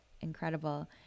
incredible